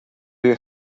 you